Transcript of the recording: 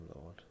Lord